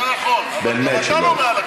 זה נכון, אבל גם אתה לא מעל הכנסת.